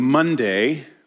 Monday